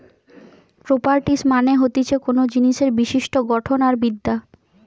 properties মানে হতিছে কোনো জিনিসের বিশিষ্ট গঠন আর বিদ্যা